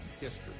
history